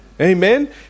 Amen